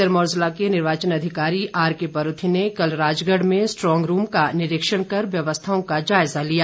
सिरमौर जिला के निर्वाचन अधिकारी आर के परूथी ने कल राजगढ़ में स्ट्रांग रूप का निरीक्षण कर व्यवस्थाओं का जायजा लिया